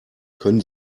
können